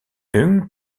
ung